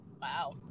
Wow